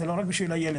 זה לא רק בשביל הילד.